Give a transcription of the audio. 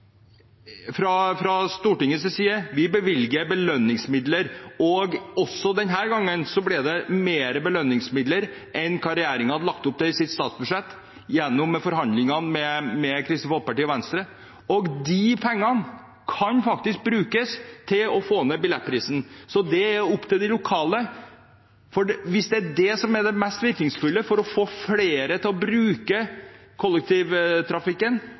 belønningsmidler enn hva regjeringen hadde lagt opp til i sitt statsbudsjett, og de pengene kan faktisk brukes til å få ned billettprisen. Så det er opp til de lokale. Hvis det er det som er det mest virkningsfulle for å få flere til å bruke kollektivtrafikken